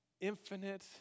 infinite